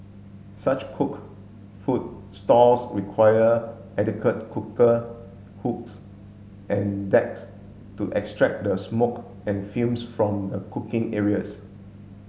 such cooked food stalls require adequate cooker hoods and to extract the smoke and fumes from the cooking areas